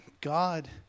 God